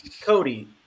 Cody